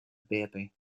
baby